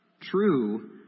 true